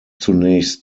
zunächst